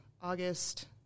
August